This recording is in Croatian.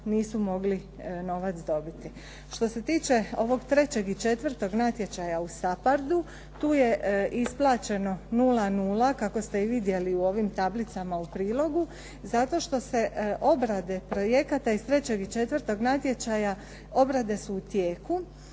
nisu mogli novac dobiti. Što se tiče ovog trećeg i četvrtog natječaja u SAPHARD-u, tu je isplaćeno 0,0 kako ste i vidjeli u ovim tablicama u prilogu, zato što se obrade projekata iz trećeg i četvrtog natječaja, obrade su u tijeku.